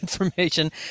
information